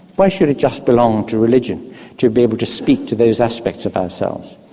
why should it just belong to religion to be able to speak to those aspects of ourselves?